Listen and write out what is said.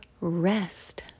rest